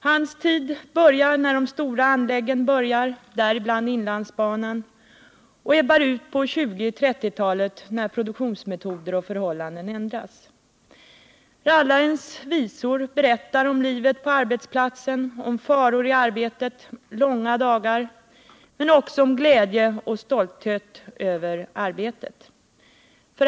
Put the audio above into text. Hans tid börjar med de stora anläggen, däribland inlandsbanan, och ebbar ut på 1920 och 1930-talen när produktionsmetoder och förhållanden ändras. Rallarens visor berättar om livet på arbetsplatsen, om faror på arbetet, om långa dagar, men också om glädje och stolthet över arbetet.